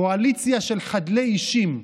קואליציה של חדלי אישים,